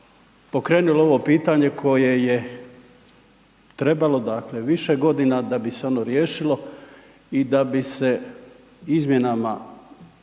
pokrenuli ovo pitanje koje je trebalo dakle više godina da bi se ono riješilo i da bi se izmjenama